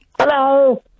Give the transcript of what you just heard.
Hello